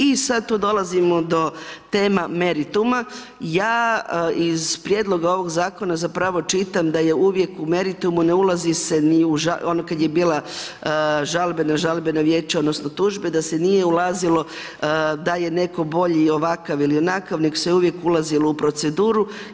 I sad tu dolazimo do tema merituma, ja iz prijedloga ovoga zakona, zapravo čitam, da je uvijek u meritumu ne ulazi se ni u, ono kad je bilo žalbeno vijeće odnosno, tužbe, da se nije ulazilo, da je netko bolji, ovakav ili onakav, nego se je uvijek ulazilo u proceduru.